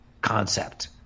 concept